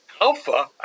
Alpha